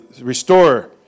restore